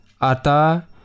Ata